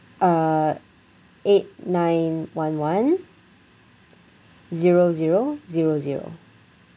uh eight nine one one zero zero zero zero